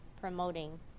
promoting